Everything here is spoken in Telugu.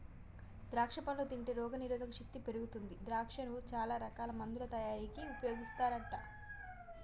ద్రాక్షా పండ్లు తింటే రోగ నిరోధక శక్తి పెరుగుతుంది ద్రాక్షను చాల రకాల మందుల తయారీకి ఉపయోగిస్తుంటారు